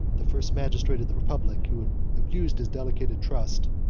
the first magistrate of the republic, who had abused his delegated trust,